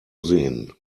sehen